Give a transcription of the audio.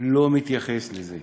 לא מתייחס לזה.